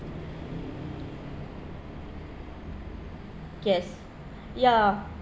yes ya